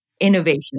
innovation